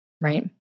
right